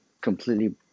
completely